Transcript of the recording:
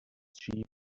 sheep